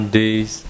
days